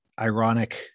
ironic